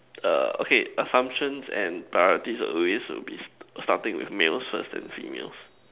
err okay assumptions and priorities always will bees starting with males first then females